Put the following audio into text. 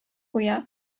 куя